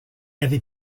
avait